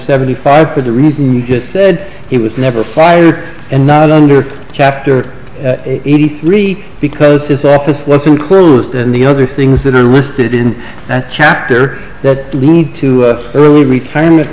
seventy five for the reason we just said he was never fired and not under chapter eighty three because his office lets him clearly and the other things that are listed in that chapter that lead to early retirement